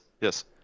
yes